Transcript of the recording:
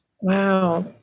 wow